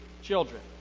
children